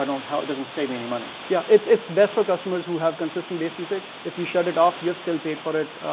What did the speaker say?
don't, how, it doesn't save me any money. yeah. it's it's best for customers who have consistent base usage. if you shut it off, you've still paid for it.